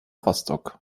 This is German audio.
rostock